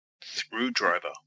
Screwdriver